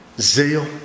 zeal